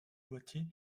boitier